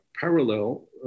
parallel